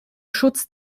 schutz